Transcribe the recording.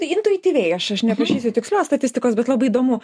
intuityviai aš aš neprašysiu tikslios statistikos bet labai įdomu